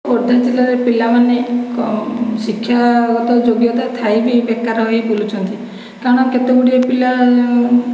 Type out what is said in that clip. ଖୋର୍ଦ୍ଧା ଜିଲ୍ଲାରେ ପିଲାମାନେ ଶିକ୍ଷାଗତ ଯୋଗ୍ୟତା ଥାଇ ବି ବେକାର ହୋଇ ବୁଲୁଛନ୍ତି କାରଣ କେତେ ଗୁଡ଼ିଏ ପିଲା